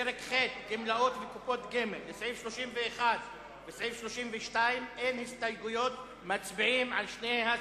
עוברים להצבעה על סעיף 25. הסתייגות של קדימה,